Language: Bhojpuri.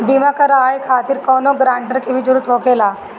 बीमा कराने खातिर कौनो ग्रानटर के भी जरूरत होखे ला?